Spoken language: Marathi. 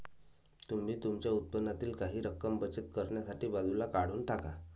तुम्ही तुमच्या उत्पन्नातील काही रक्कम बचत करण्यासाठी बाजूला काढून टाका